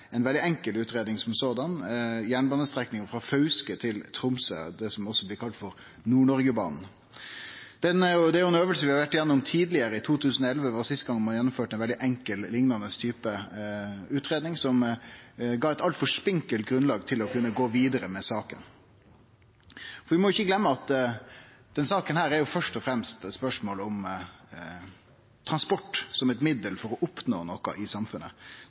ein skal utgreie – ei veldig enkel utgreiing – ei jernbanestrekning frå Fauske til Tromsø, det som også blir kalla Nord-Noregbanen. Det er ei øving vi har vore igjennom tidlegare. 2011 var sist gong ein gjennomførte ei veldig enkel, liknande, utgreiing, som gav eit altfor spinkelt grunnlag til å kunne gå vidare med saka. Vi må ikkje gløyme at denne saka først og fremst er eit spørsmål om transport som eit middel for å oppnå noko i samfunnet.